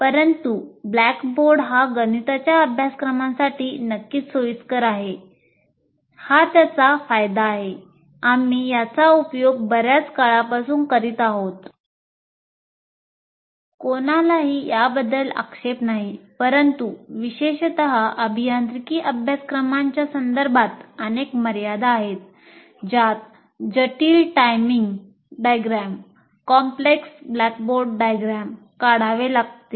म्हणूनच ब्लॅकबोर्ड काढावे लागतात